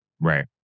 Right